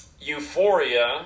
Euphoria